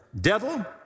Devil